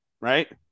right